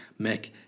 Mick